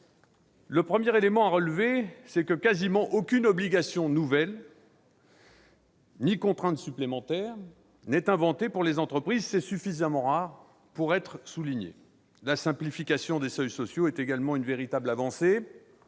Le premier élément à relever, c'est que quasiment aucune obligation nouvelle ni contrainte supplémentaire n'est inventée pour les entreprises. C'est suffisamment rare pour être souligné ! La simplification des seuils sociaux est également une véritable avancée.